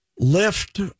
Lift